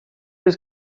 his